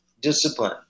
discipline